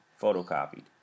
photocopied